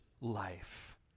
life